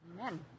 Amen